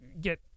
get